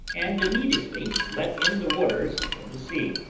and immediately let in the waters of the sea.